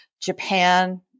Japan